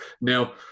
Now